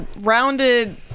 rounded